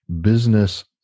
business